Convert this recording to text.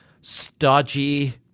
stodgy